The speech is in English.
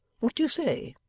what do you say